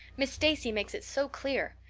miss stacy makes it so clear.